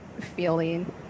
feeling